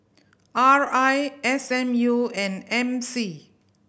R I S M U and M C